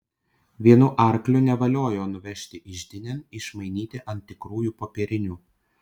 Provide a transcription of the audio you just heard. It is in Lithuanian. vienu arkliu nevaliojo nuvežti iždinėn išmainyti ant tikrųjų popierinių